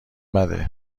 بده